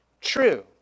true